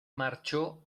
marchó